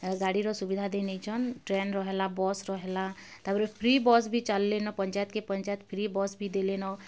ଗାଡ଼ିର ସୁବିଧା ଦେଇ ନେଇଛନ୍ ଟ୍ରେନ୍ର ହେଲା ବସ୍ର ହେଲା ତା'ପରେ ଫ୍ରୀ ବସ୍ ବି ଚାଲ୍ଲିନ ପଞ୍ଚାୟତ୍ କେ ପଞ୍ଚୟତ୍ ଫ୍ରୀ ବସ୍ ବି ଦେଲେନ